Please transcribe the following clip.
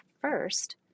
first